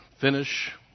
finish